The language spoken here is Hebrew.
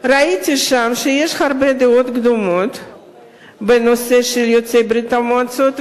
ראיתי שם שיש הרבה דעות קדומות בנושא של יוצאי ברית-המועצות,